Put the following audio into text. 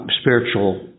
spiritual